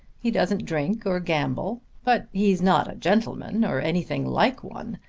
he doesn't drink or gamble. but he's not a gentleman or anything like one.